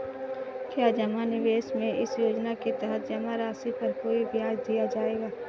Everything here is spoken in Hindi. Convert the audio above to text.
क्या जमा निवेश में इस योजना के तहत जमा राशि पर कोई ब्याज दिया जाएगा?